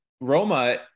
Roma